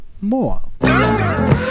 more